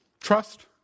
Trust